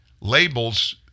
labels